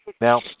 Now